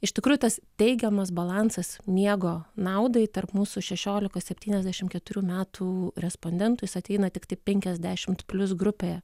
iš tikrųjų tas teigiamas balansas miego naudai tarp mūsų šešiolikos septyniasdešimt keturių metų respondentų jis ateina tiktai penkiasdešimt plius grupėje